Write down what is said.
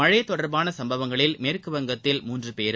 மனழ தொடர்பான சம்பவங்களில் மேற்குவஙகத்தில் மூன்று பேரும்